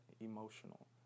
emotional